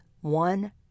one